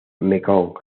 mekong